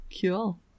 Cool